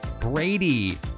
Brady